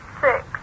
six